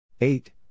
Eight